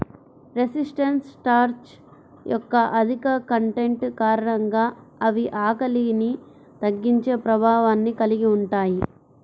resistant starch యొక్క అధిక content కారణంగా అవి ఆకలిని తగ్గించే ప్రభావాన్ని కలిగి ఉంటాయి